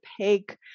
opaque